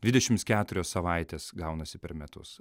dvidešims keturios savaitės gaunasi per metus